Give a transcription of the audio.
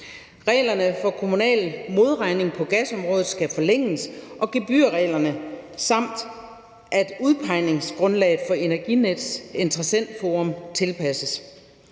Reglerne for kommunal modregning på gasområdet skal forlænges, og gebyrreglerne samt udpegningsgrundlaget for Energinets interessentforum tilpasses.